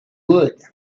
wood